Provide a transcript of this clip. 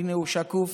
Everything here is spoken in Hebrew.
הינה, הוא שקוף.